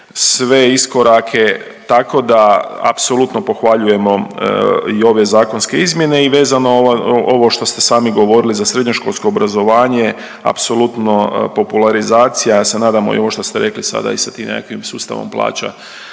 sve iskorake. Tako da apsolutno pohvaljujemo i ove zakonske izmjene i vezano ovo što ste sami govorili za srednjoškolsko obrazovanje apsolutno popularizacija, a ja se nadam i ovo što ste rekli sada i sa tim nekakvim sustavom plaća